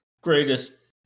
greatest